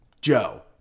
Joe